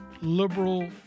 liberal